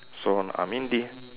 so I mean di~